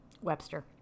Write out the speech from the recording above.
Webster